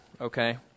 okay